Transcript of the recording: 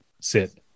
sit